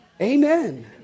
Amen